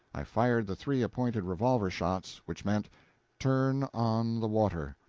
i fired the three appointed revolver shots which meant turn on the water!